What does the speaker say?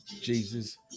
Jesus